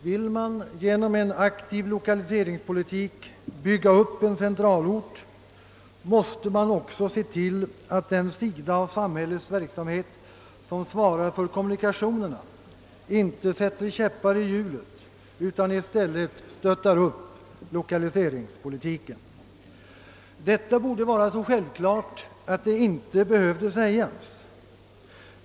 Vill man genom en aktiv 1okaliseringspolitik bygga upp en centralort, måste man också se till att den sida av samhällets verksamhet som svarar för kommunikationerna inte sätter käppar i hjulet utan i stället stöttar upp lokaliseringspolitiken. Detta är så självklart att det inte borde behöva sägas.